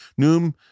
Noom